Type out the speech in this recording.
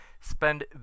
spend